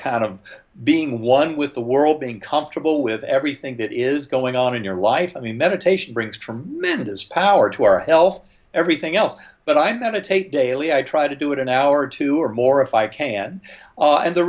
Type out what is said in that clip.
for being one with the world being comfortable with everything that is going on in your life i mean meditation brings from mrs power to or else everything else but i'm not a take daily i try to do it an hour or two or more if i can and the